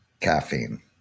caffeine